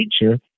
nature